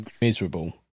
miserable